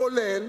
כולל